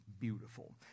beautiful